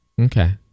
Okay